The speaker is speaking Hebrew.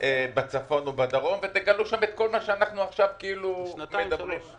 בצפון או בדרום ותגלו את כל מה שאנחנו מדברים עליו.